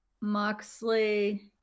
Moxley